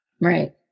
Right